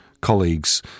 colleagues